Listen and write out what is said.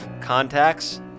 contacts